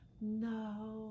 no